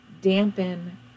dampen